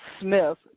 Smith